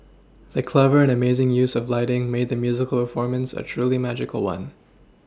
the clever and amazing use of lighting made the musical performance a truly magical one